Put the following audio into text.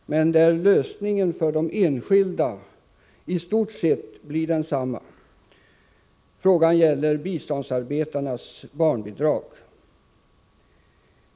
Men lösningen för de enskilda blir i stort sett densamma. Frågan gäller biståndsarbetarnas barnbidrag.